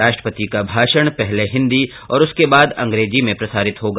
राष्ट्रपति का भाषण पहले हिन्दी और उसके बाद अंग्रेजी में प्रसारित होगा